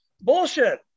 bullshit